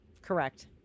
Correct